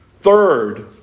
Third